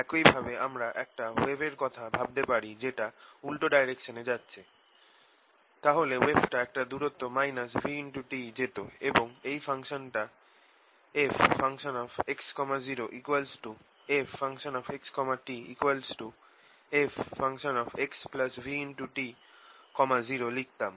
একই ভাবে আমরা একটা ওয়েভের কথা ভাবতে পারি যেটা উল্টো ডাইরেকশনে যাচ্ছে তাহলে ওয়েভটা একটা দূরত্ব - vt যেত এবং এই ফাংশনটা fx0fxtfxvt0 লিখতাম